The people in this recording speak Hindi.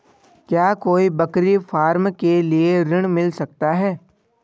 क्या कोई बकरी फार्म के लिए ऋण मिल सकता है?